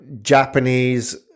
Japanese